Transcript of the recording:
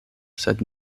sed